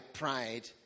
pride